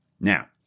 Now